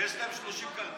ויש להם 30 קרטונים,